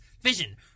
vision